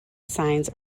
signs